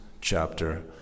chapter